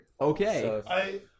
Okay